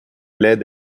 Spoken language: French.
lait